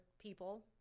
people